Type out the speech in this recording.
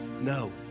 No